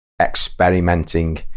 experimenting